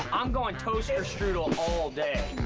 um going toaster strudel all day.